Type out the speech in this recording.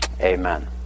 amen